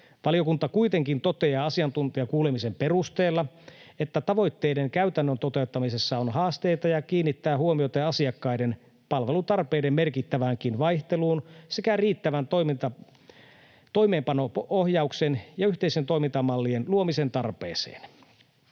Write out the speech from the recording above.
Valiokunta kuitenkin toteaa asiantuntijakuulemisen perusteella, että tavoitteiden käytännön toteuttamisessa on haasteita, ja kiinnittää huomiota asiakkaiden palvelutarpeiden merkittäväänkin vaihteluun sekä toimeenpanon riittävän ohjauksen ja yhteisten toimintamallien luomisen tarpeeseen.